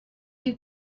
you